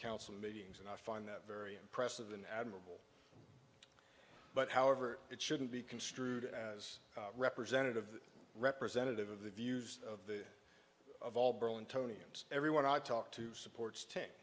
council meetings and i find that very impressive an admirable but however it shouldn't be construed as representative representative of the views of the of all bill and tony and everyone i talk to supports ta